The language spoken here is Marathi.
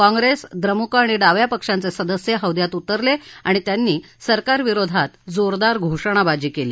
काँग्रेस द्रमुक आणि डाव्या पक्षांचे सदस्य हौद्यात उतरले आणि त्यांनी सरकारविरोधात जोरदार घोषणाबाजी केली